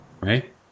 right